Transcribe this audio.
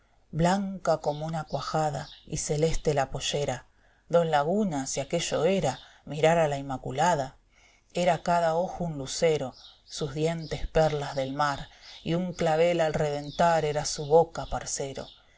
blanca como una cuajada y celeste la pollera don laguna si aquello era mirar a la inmaculada fatsto era cada ojo un lucero sus dientes perlas del mar y un clavel al reventar era su boca aparcero